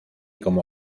como